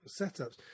setups